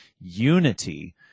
unity